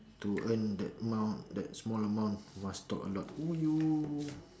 to earned that amount small amount must talk a lot !aiyo!